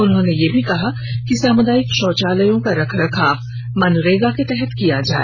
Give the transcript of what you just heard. उन्होंने यह भी केहा कि सामुदायिक शौचालयों का रख रखाव मनरेगा के तहत किया जाए